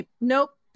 Nope